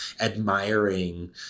admiring